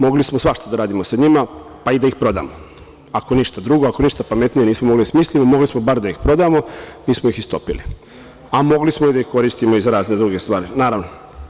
Mogli smo svašta da radimo sa njima, pa i da ih prodamo, ako ništa drugo, ako ništa pametnije nismo mogli da smislimo, mogli smo bar da ih prodamo, mi smo ih istopili, a mogli smo da ih koristimo i za razne druge stvari, naravno.